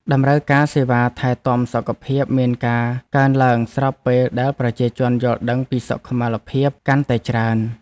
តម្រូវការសេវាថែទាំសុខភាពមានការកើនឡើងស្របពេលដែលប្រជាជនយល់ដឹងពីសុខុមាលភាពកាន់តែច្រើន។